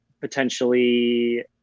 potentially